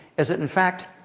is that in fact,